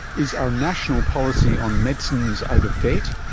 is our national policy on medicines out of date?